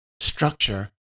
structure